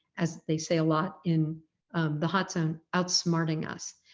as they say a lot in the hot zone outsmarting us.